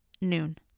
noon